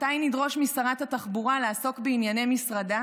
מתי נדרוש משרת התחבורה לעסוק בענייני משרדה